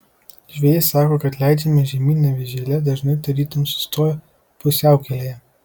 žvejai sako kad leidžiama žemyn avižėlė dažnai tarytum sustoja pusiaukelėje